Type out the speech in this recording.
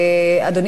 ועדה.